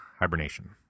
hibernation